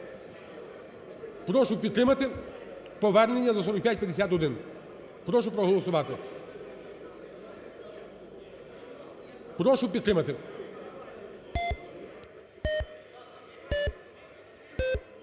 Прошу підтримати повернення до 4551. Прошу проголосувати, прошу підтримати. 13:25:10